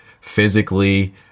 physically